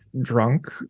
drunk